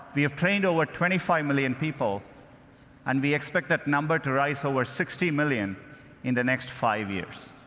we have trained over twenty five million people and we expect that number to rise over sixty million in the next five years.